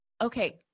okay